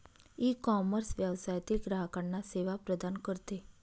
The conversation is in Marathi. ईकॉमर्स व्यवसायातील ग्राहकांना सेवा प्रदान करते